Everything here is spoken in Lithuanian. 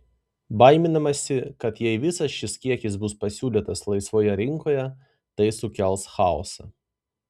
baiminamasi kad jei visas šis kiekis bus pasiūlytas laisvoje rinkoje tai sukels chaosą